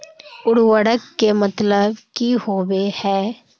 उर्वरक के मतलब की होबे है?